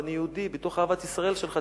ואני יהודי בתוך אהבת ישראל שלך,